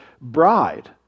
bride